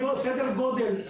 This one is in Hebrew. סדר גודל,